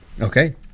Okay